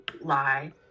lie